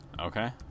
okay